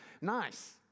nice